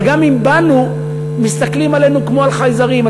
אבל גם אם באנו, מסתכלים עלינו כמו על חייזרים.